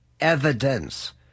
evidence